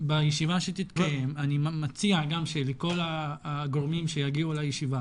בישיבה שתתקיים אני מציע גם שלכל הגורמים שיגיעו לישיבה,